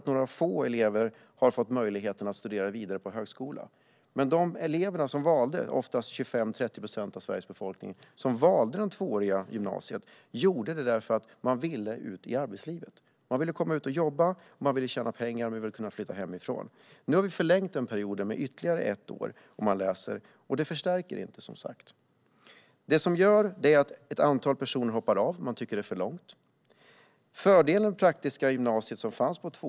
Några få elever har kanske fått möjlighet att studera vidare på högskolan. Men de elever - 25-30 procent av Sveriges befolkning - som valde det tvååriga gymnasiet gjorde det för att de ville ut i arbetslivet. De ville komma ut och jobba, tjäna pengar och flytta hemifrån. Nu har vi förlängt den period som man studerar med ytterligare ett år. Det innebär, som sagt, ingen förstärkning. Det som händer är att ett antal personer hoppar av gymnasiet för att de tycker att det är för lång tid.